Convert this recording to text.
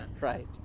Right